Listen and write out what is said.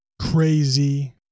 crazy